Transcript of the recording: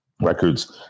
Records